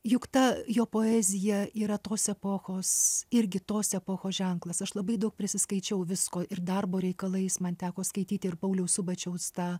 juk ta jo poezija yra tos epochos irgi tos epochos ženklas aš labai daug prisiskaičiau visko ir darbo reikalais man teko skaityti ir pauliaus subačiaus tą